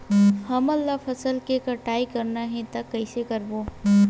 हमन ला फसल के कटाई करना हे त कइसे करबो?